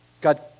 God